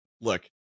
look